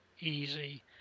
easy